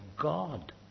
God